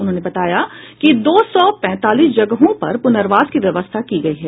उन्होंने बताया कि दो सौ पैंतालीस जगहों पर पुनर्वास की व्यवस्था की गयी है